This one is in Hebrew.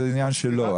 זה עניין שלו,